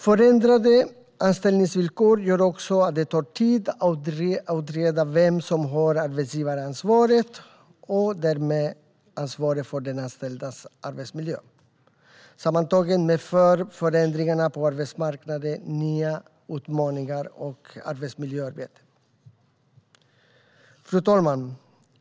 Förändrade anställningsvillkor gör också att det tar tid att utreda vem som har arbetsgivaransvaret och därmed ansvaret för den anställdas arbetsmiljö. Sammantaget medför förändringarna på arbetsmarknaden nya utmaningar för arbetsmiljöarbetet. Fru talman!